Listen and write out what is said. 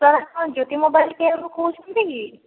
sir ଆପଣ Jyoti mobile care ରୁ କହୁଛନ୍ତି କି